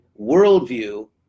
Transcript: worldview